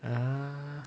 ah